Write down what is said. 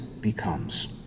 becomes